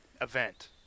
event